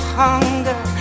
hunger